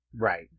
Right